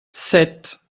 sept